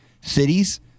cities